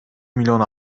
milyon